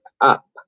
up